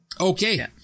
Okay